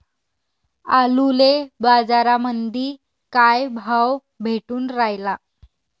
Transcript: आलूले बाजारामंदी काय भाव भेटून रायला?